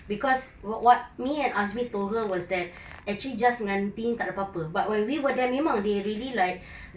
cause what me and azmi told her was that actually jas and tini tak ada apa-apa but when we were there memang they really like